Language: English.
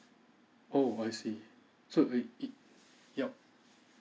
oh I see so it it yup